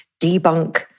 debunk